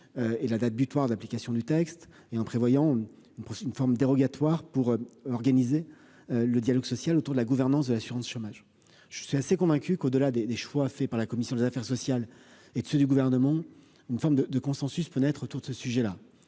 et la date butoir d'application du texte et en prévoyant une prochaine une forme dérogatoire pour organiser le dialogue social autour de la gouvernance de l'assurance chômage, je suis assez convaincu qu'au-delà des des choix faits par la commission des Affaires sociales et de ceux du gouvernement, une forme de de consensus fenêtre autour de ce sujet-là,